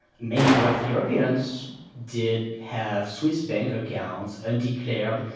many wealthy europeans did have swiss bank accounts undeclared.